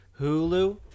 Hulu